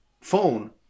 phone